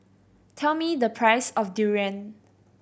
tell me the price of durian